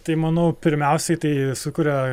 tai manau pirmiausiai tai sukuria